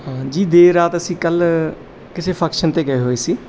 ਹਾਂ ਜੀ ਦੇਰ ਰਾਤ ਅਸੀਂ ਕੱਲ੍ਹ ਕਿਸੇ ਫੰਕਸ਼ਨ 'ਤੇ ਗਏ ਹੋਏ ਸੀ